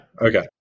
Okay